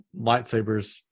lightsabers